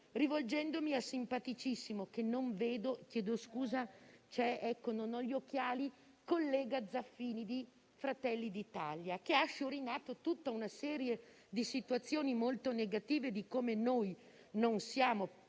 rivolgendomi al simpaticissimo collega Zaffini di Fratelli d'Italia, che ha sciorinato tutta una serie di situazioni molto negative su come noi non siamo